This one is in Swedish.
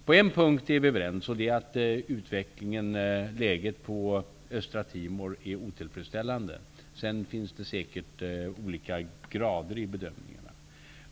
På en punkt är vi överens, nämligen att läget på Östra Timor är otillfredsställande, men det finns säkert olika grader i bedömningarna.